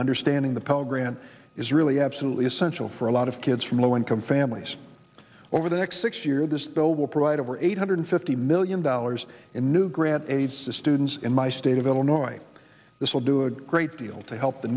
understanding the pell grant is really absolutely essential for a lot of kids from low income families over the next six years this bill will provide over eight hundred fifty million dollars in new grant aid to students in my state of illinois this will do a great deal to help the